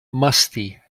musty